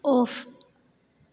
off